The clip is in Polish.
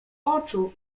oczu